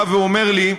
בא ואומר לי: